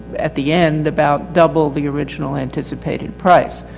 at the end, about double the original anticipated price.